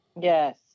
Yes